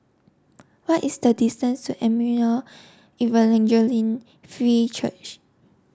what is the distance to Emmanuel Free Church